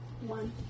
One